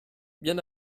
bien